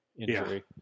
injury